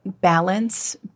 balance